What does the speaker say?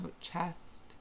chest